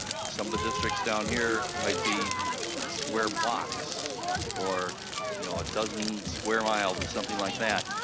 some of the districts down here might be square blocks or you know a dozen square miles or something like that.